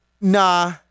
Nah